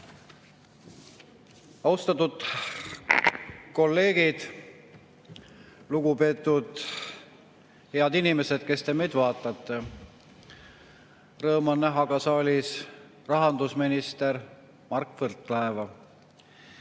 Austatud kolleegid! Lugupeetud head inimesed, kes te meid vaatate! Rõõm on näha saalis ka rahandusminister Mart Võrklaeva.